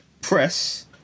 press